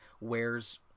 wears